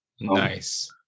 Nice